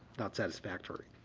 not satisfactory,